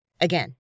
Again